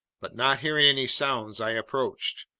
but, not hearing any sounds, i approached.